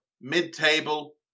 Mid-table